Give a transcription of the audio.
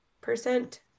percent